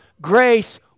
grace